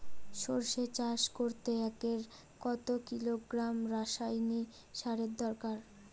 সরষে চাষ করতে একরে কত কিলোগ্রাম রাসায়নি সারের দরকার?